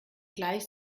gleich